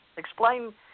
Explain